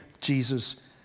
Jesus